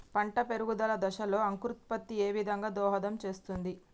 పంట పెరుగుదల దశలో అంకురోత్ఫత్తి ఏ విధంగా దోహదం చేస్తుంది?